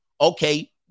Okay